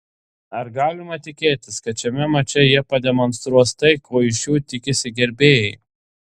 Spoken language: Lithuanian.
ar galima tikėtis kad šiame mače jie pademonstruos tai ko iš jų tikisi gerbėjai